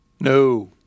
No